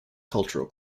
cultural